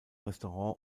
restaurant